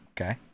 Okay